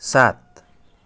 सात